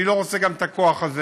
אני לא רוצה גם את הכוח הזה,